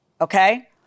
okay